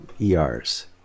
ERs